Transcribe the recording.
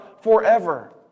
forever